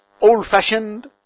old-fashioned